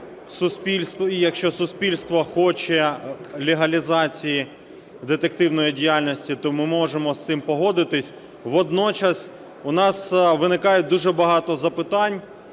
якщо суспільство хоче легалізації детективної діяльності, то ми можемо з цим погодитися. Водночас у нас виникає дуже багато запитань